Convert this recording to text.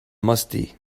musty